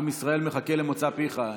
עם ישראל מחכה למוצא פיך.